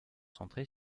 centrée